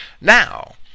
now